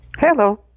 Hello